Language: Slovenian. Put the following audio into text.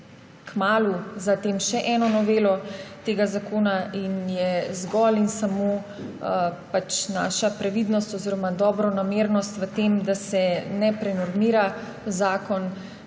pripraviti še eno novelo tega zakona, in je zgolj in samo naša previdnost oziroma dobronamernost v tem, da se ne prenormira zakona,